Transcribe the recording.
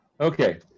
Okay